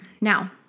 Now